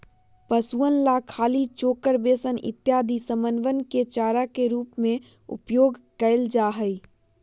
पशुअन ला खली, चोकर, बेसन इत्यादि समनवन के चारा के रूप में उपयोग कइल जाहई